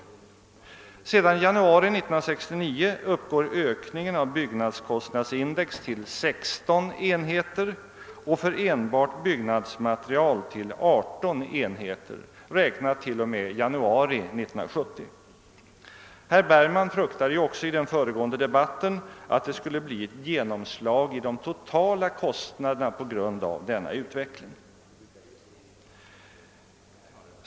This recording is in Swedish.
Sedan januari 1969 uppgår ökningen av byggnadskostnadsindex till 16 enheter och för enbart byggnadsmaterial till 18 enheter, räknat t.o.m. januari 1970. Herr Bergman fruktade ju också tidigare i debatten att det skulle bli ett genomslag i de totala kostnaderna på grund av denna utveckling.